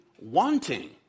wanting